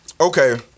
Okay